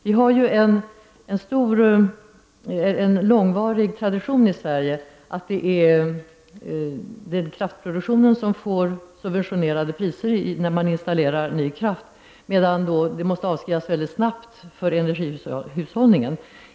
Vi har i Sverige en lång tradition som innebär att investeringar i kraftproduktionen subventioneras, medan energihushållningen måste klara en mycket snabb avskrivning.